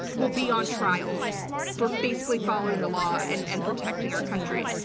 will be on trial for basically following the law and and protecting our country.